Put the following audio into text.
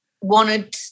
wanted